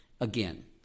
again